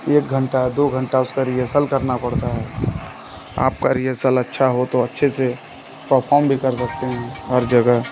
एक घंटा दो घंटा उसकी रिहेसल करना पड़ता है आपका रिहेसल अच्छा हो तो अच्छे से परफॉर्म भी कर सकते हैं हर जगह